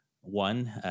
one